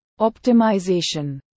optimization